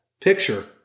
picture